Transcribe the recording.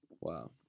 Wow